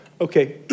Okay